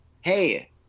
hey